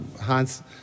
Hans